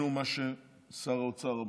שיחפשו עבודה.